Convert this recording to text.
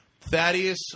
Thaddeus